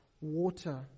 water